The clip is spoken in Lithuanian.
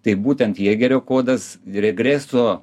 tai būtent jėgerio kodas regreso